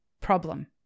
problem